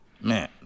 man